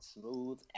Smooth